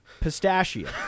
Pistachio